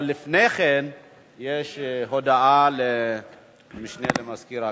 אבל לפני כן יש הודעה למשנה למזכיר הכנסת,